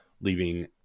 leaving